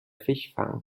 fischfang